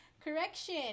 correction